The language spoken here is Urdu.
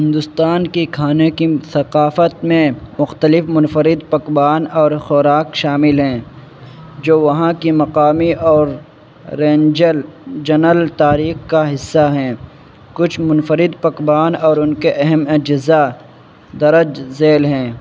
ہندوستان کے کھانے کی ثقافت میں مختلف منفرد پکوان اور خوراک شامل ہیں جو وہاں کی مقامی اور رینجل جنل تاریخ کا حصہ ہیں کچھ منفرد پکوان اور ان کے اہم اجزاء درج ذیل ہیں